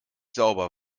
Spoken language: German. sauber